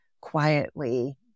quietly